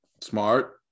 Smart